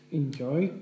enjoy